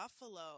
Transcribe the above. Buffalo